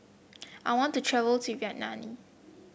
I want to travel to Vietnam